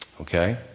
Okay